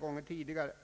Denna utredning